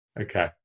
Okay